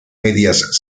medias